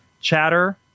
chatter